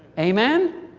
amen?